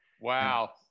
Wow